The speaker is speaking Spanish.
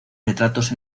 retratos